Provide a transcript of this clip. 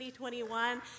2021